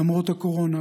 למרות הקורונה,